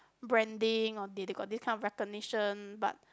branding or they they got this kind of recognition but